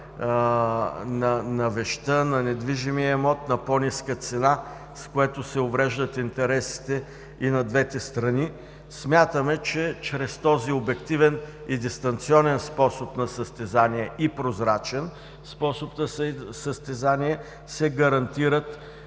на вещта, на недвижимия имот на по-ниска цена, с което се увреждат интересите и на двете страни. Смятаме, че чрез този обективен, дистанционен и прозрачен способ на състезание се гарантират